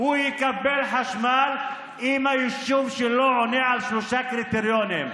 הוא יקבל חשמל אם היישוב שלו עונה על שלושה קריטריונים: